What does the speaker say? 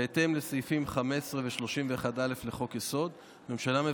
בהתאם לסעיפים 15 ו-31(א) לחוק-יסוד: הממשלה,